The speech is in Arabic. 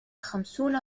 خمسون